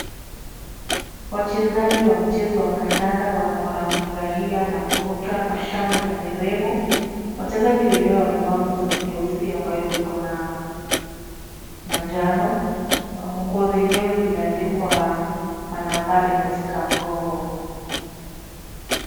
Wachezaji wa mchezo wa kandanda wanafurahia na kuruka kwa shangwe na nderemo . Wachezaji wenyewe wamevaa nguo za nyeusi ambayo Iko na manjano. Nguo zenyewe zimeandikwa manambari katika mgongo.